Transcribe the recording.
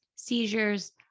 seizures